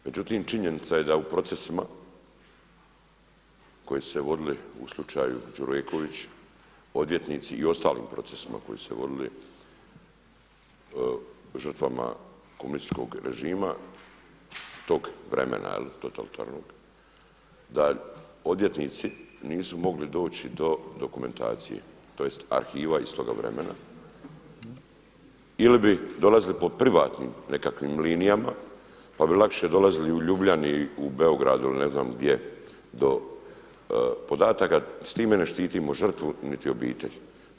Međutim, činjenica je da u procesima koji su se vodili u slučaju Đureković odvjetnici i u ostalim procesima koji su se vodili žrtvama komunističkog režima tog vremena totalitarnog, da odvjetnici nisu mogli doći do dokumentacije tj. arhiva iz toga vremena ili bi dolazili po privatnim nekakvim linijama pa bi lakše dolazili u Ljubljani, u Beogradu ili ne znam gdje do podataka, s time ne štitimo žrtvu niti obitelj.